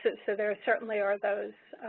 but so, there certainly are those